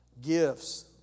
gifts